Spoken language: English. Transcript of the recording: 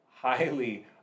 highly